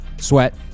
Sweat